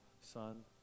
son